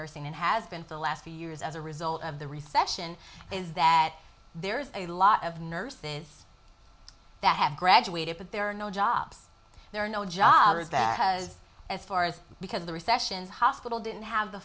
nursing and has been for the last few years as a result of the recession is that there's a lot of nurses that have graduated but there are no jobs there are no jobs that has as far as because the recession's hospital didn't have the